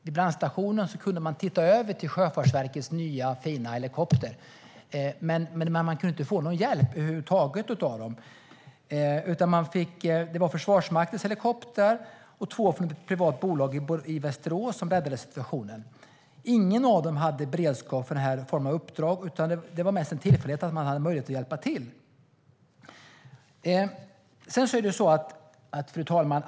Vid brandstationen kunde man titta över till Sjöfartsverkets nya, fina helikopter. Men man kunde inte få någon hjälp över huvud taget därifrån, utan det var Försvarsmaktens helikoptrar och två från ett privat bolag i Västerås som räddade situationen. Ingen av dem hade beredskap för den här formen av uppdrag, utan det var mest en tillfällighet att man hade möjlighet att hjälpa till. Fru talman!